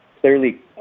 clearly